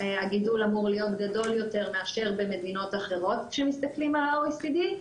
הגידול אמור להיות גדול יותר מאשר במדינות אחרות כשמסתכלים על ה-OECD,